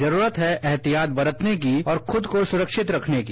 जरूरत है एहतियात बरतने की और खुद को सुरक्षित रखने की